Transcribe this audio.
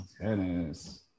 Tennis